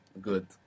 Good